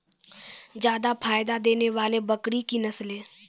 जादा फायदा देने वाले बकरी की नसले?